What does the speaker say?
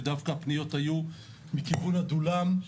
ודווקא הפניות היו מכיוון עדולם,